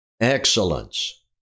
excellence